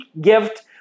gift